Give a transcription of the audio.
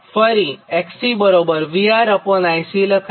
ફરી XCબરાબર VRIC લખાય